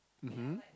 mmhmm